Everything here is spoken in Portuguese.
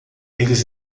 eles